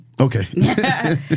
Okay